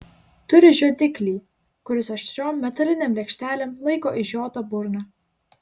turi žiodiklį kuris aštriom metalinėm lėkštelėm laiko išžiotą burną